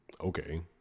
okay